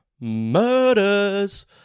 murders